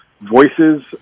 voices